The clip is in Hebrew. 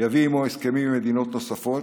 יביאו עימם הסכמים עם מדינות נוספות,